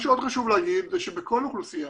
מה שעוד חשוב להגיד זה שבכל אוכלוסייה,